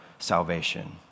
salvation